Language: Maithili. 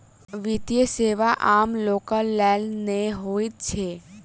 वित्तीय सेवा आम लोकक लेल नै होइत छै